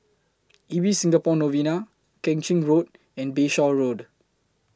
Ibis Singapore Novena Keng Chin Road and Bayshore Road